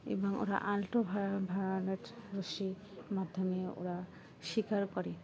এবং ওরা আল্ট্রাভায়োলেট রশ্মির মাধ্যমে ওরা স্বীকার করে